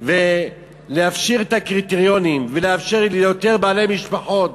ולהפשיר את הקריטריונים ולאפשר ליותר בעלי משפחות